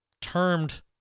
termed—